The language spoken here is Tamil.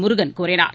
முருகன் கூறினார்